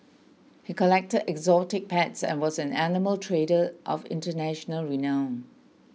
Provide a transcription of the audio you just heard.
he collected exotic pets and was an animal trader of international renown